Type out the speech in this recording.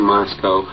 Moscow